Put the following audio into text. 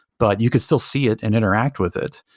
but you could still see it and interact with it,